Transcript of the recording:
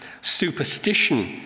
superstition